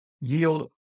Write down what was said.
yield